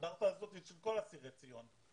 האנדרטה הזאת היא של כל אסירי ציון.